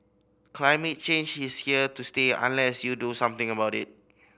climate change is here to stay unless you do something about it